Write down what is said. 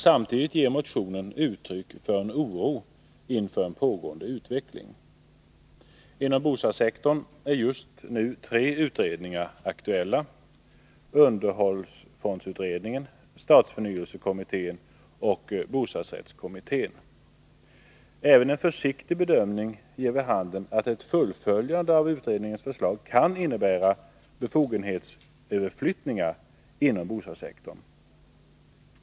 Samtidigt ger motionen uttryck för en oro inför en pågående utveckling. Inom bostadssektorn är just nu tre utredningar aktuella, underhållsfondsutredningen, stadsförnyelsekommittén och bostadsrättskommittén. Även en försiktig bedömning ger vid handen att fullföljande av utredningarnas förslag kan innebära befogenhetsomflyttningar inom bostadssektorn.